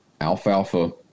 alfalfa